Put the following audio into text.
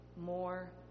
more